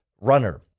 runner